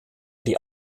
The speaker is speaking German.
die